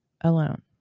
alone